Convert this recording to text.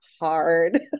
hard